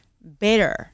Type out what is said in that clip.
better